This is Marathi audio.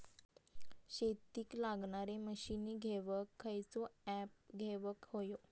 शेतीक लागणारे मशीनी घेवक खयचो ऍप घेवक होयो?